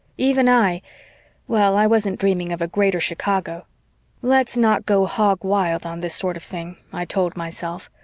even i well, i wasn't dreaming of a greater chicago let's not go hog-wild on this sort of thing, i told myself,